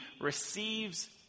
receives